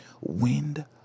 Wind